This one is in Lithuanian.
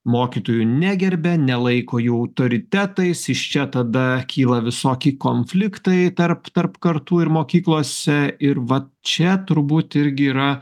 mokytojų negerbia nelaiko jų autoritetais iš čia tada kyla visokie konfliktai tarp tarp kartų ir mokyklose ir vat čia turbūt irgi yra